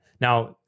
Now